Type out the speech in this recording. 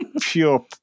pure